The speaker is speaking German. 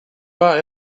war